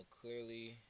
clearly